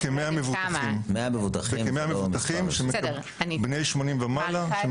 מדובר בכ-100 מבוטחים בני 80 ומעלה,